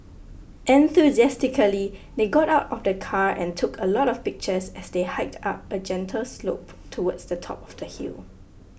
enthusiastically they got out of the car and took a lot of pictures as they hiked up a gentle slope towards the top of the hill